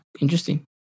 Interesting